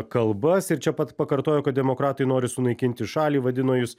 kalbas ir čia pat pakartojo kad demokratai nori sunaikinti šalį vadino jus